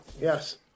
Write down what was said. Yes